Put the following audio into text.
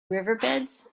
riverbeds